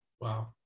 Wow